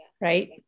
right